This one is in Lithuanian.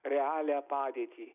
realią padėtį